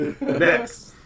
next